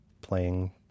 playing